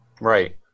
Right